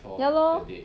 ya lor